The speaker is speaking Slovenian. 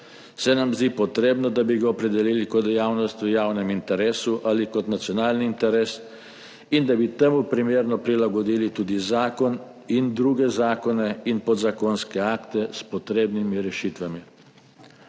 se nam zdi potrebno, da bi ga opredelili kot dejavnost v javnem interesu ali kot nacionalni interes in da bi temu primerno prilagodili tudi zakon in druge zakone in podzakonske akte s potrebnimi rešitvami.